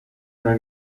una